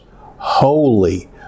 holy